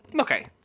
Okay